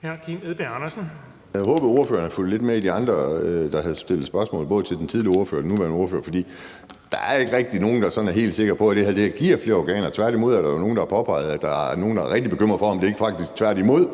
havde fulgt lidt med, da de andre stillede spørgsmål, både til den tidligere ordfører og den nuværende ordfører. For der er ikke rigtig nogen, der sådan er helt sikre på, at det her giver flere organer. Tværtimod er der jo nogen, der har påpeget, at der er nogle, der er rigtig bekymrede for, om det faktisk ikke med